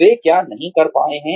वे क्या नहीं कर पाए हैं